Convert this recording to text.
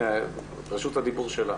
רשות הדיבור שלך.